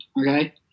okay